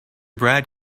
brad